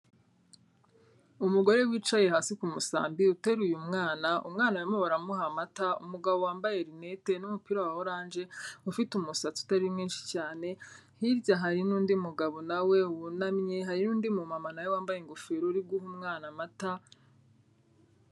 Umugore wicaye hasi ku musambi uteruye umwana, umwana barimo baramuha amata, umugabo wambaye rinete n'umupira wa oranje, ufite umusatsi utari mwinshi cyane, hirya hari n'undi mugabo nawe wunamye, hari undi mumama na we wambaye ingofero uri guha umwana amata.